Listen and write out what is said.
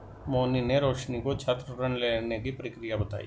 मोहिनी ने रोशनी को छात्र ऋण लेने की प्रक्रिया बताई